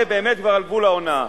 זה באמת כבר על גבול ההונאה.